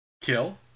Kill